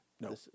No